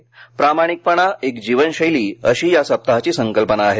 प्रामाणिकपणा एक जीवन शैली अशी या सप्ताहाची संकल्पना आहे